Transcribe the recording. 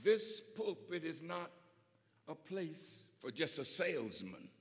this is not a place for just a salesman